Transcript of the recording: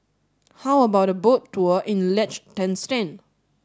how about a boat tour in Liechtenstein